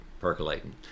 percolating